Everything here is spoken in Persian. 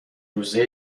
روزه